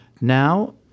Now